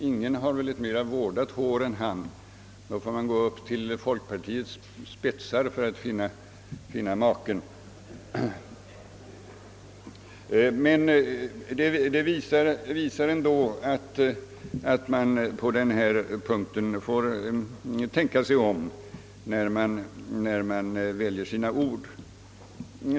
Ingen har väl ett mera välvårdat hår än han — man får gå till folkpartiets spetsar för att finna maken. Men det jag sagt visar ändå att man på denna punkt får tänka sig för och välja sina ord.